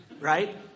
Right